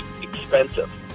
expensive